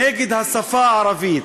נגד השפה הערבית,